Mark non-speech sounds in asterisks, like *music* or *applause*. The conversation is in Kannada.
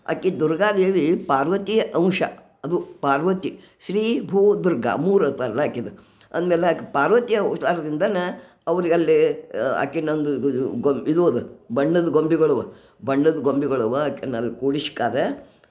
ಆಕಿ ದುರ್ಗಾ ದೇವಿ ಪಾರ್ವತಿ ಅಂಶ ಅದು ಪಾರ್ವತಿ ಶ್ರೀ ಭೂ ದುರ್ಗಾ ಮೂರು ಅವಾತಾರಲ್ಲ ಆಕೆದು ಅಂದ್ಮೇಲೆ ಆಕೆ ಪಾರ್ವತಿಯ ಅವತಾರದಿಂದನ ಅವರಿಗಿಲ್ಲಿ ಆಕೆನ ಒಂದು *unintelligible* ಇದು ಅದ ಬಣ್ಣದ ಗೊಂಬೆಗಳು ಬಣ್ಣದ ಗೊಂಬೆಗಳು ಅವ ಆಕೆನ ಅಲ್ಲಿ ಕೂರಿಶ್ಕಾದೆ